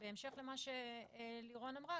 בהמשך למה שלירון אמרה,